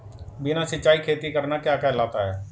बिना सिंचाई खेती करना क्या कहलाता है?